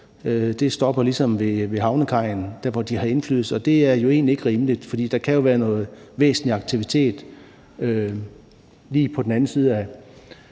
Det stopper ligesom ved havnekajen – der, hvor de har indflydelse – og det er jo egentlig ikke rimeligt, for der kan jo være noget væsentlig aktivitet lige på den anden side af